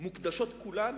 מוקדשות כולן